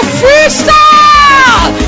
freestyle